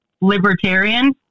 libertarian